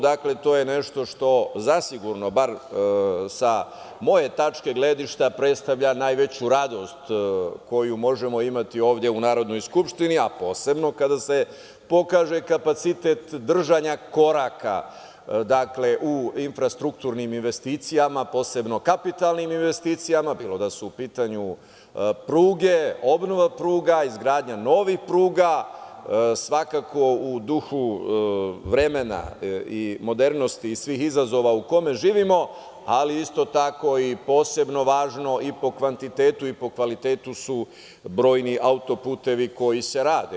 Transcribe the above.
Dakle, to je nešto što zasigurno, bar sa moje tačke gledišta, predstavlja najveću radost koju možemo imati ovde u Narodnoj skupštini, a posebno kada se pokaže kapacitet držanja koraka u infrastrukturnim investicijama, posebno kapitalnim investicijama, bilo da su u pitanju pruge, obnova pruga, izgradnja novih pruga, svakako u duhu vremena i modernosti i svih izazova u kome živimo, ali isto tako i posebno važno i po kvantitetu i po kvalitetu su brojni auto-putevi koji se rade.